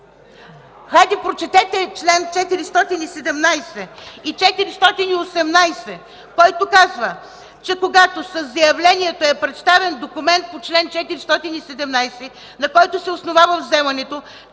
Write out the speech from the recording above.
Хайде, прочетете членове 417 и 418, който казва, че когато със заявлението е представен документ по чл. 417, на който се основава вземането,